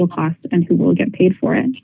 will cost and who will get paid for it